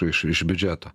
iš iš biudžeto